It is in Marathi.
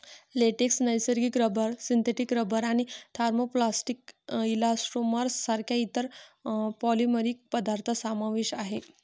लेटेक्स, नैसर्गिक रबर, सिंथेटिक रबर आणि थर्मोप्लास्टिक इलास्टोमर्स सारख्या इतर पॉलिमरिक पदार्थ समावेश आहे